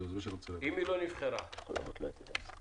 אם היא לא נבחרה בבזק